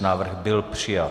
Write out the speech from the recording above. Návrh byl přijat.